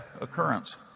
occurrence